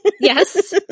yes